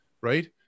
right